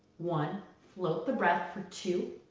one. float the breath for two.